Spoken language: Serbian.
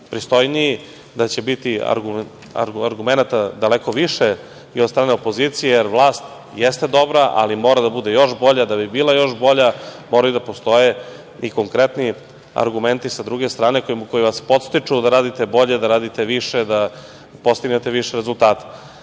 da će biti argumenata daleko više i od strane opozicije, jer vlast jeste dobra, ali mora da bude još bolja. Da bi bila još bolja, moraju da postoje i konkretni argumenti sa druge strane, koji vas podstiču da radite bolje, da radite više, da postignete više rezultate. Upravo